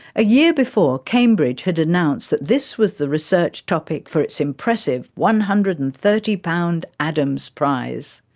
a year before, cambridge had announced that this was the research topic for its impressive one hundred and thirty pounds adams prize.